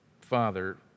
father